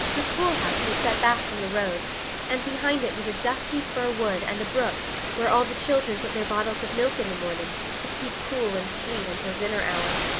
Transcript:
the schoolhouse was set back from the road and behind it was a dusky fir wood and a brook where all the children put their bottles of milk in the morning to keep cool and sweet until dinner hour.